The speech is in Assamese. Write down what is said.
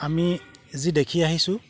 আমি যি দেখি আহিছোঁ